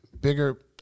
Bigger